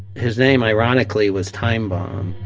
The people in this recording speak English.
his name, ironically, was time bomb